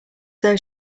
though